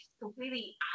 completely